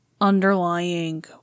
underlying